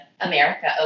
America